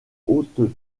hautes